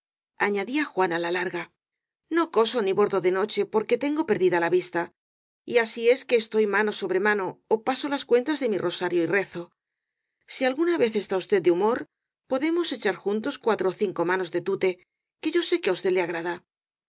añadía juana la larga no coso ni bordo de noche porque tengo perdida la vista y asi es que estoy mano sobre mano ó paso las cuentas de mi rosario y rezo si alguna vez está usted de hu mor podemos echar juntos cuatro ó cinco manos de tute que yo sé que á usted le agrada